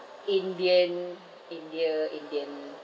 in the end india indian